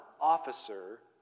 officer